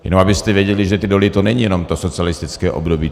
Jenom abyste věděli, že ty doly, to není jenom to socialistické období.